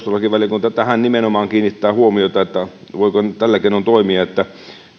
aivan varmaa että perustuslakivaliokunta kiinnittää huomiota nimenomaan tähän voiko tällä keinoin toimia että